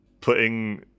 putting